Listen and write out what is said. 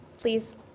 Please